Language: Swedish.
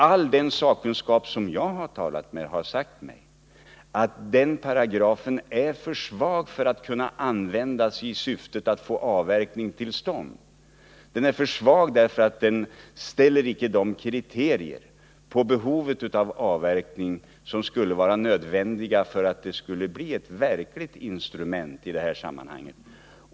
All den sakkunskap som jag har talat med har sagt mig att den paragrafen är för svag för att kunna användas i syftet att få avverkning till stånd. Den är för svag, därför att den icke ställer de kriterier på behovet av avverkning som skulle vara nödvändiga för att den skulle bli ett verkligt instrument i detta sammanhang.